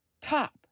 top